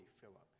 Philip